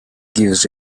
gives